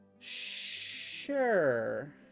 Sure